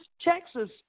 Texas